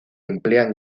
emplean